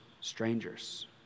strangers